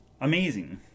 amazing